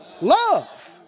Love